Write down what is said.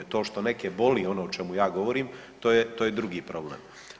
To što neke boli ono o čemu ja govorim to je drugi problem.